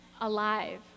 alive